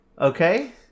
Okay